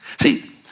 See